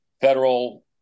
federal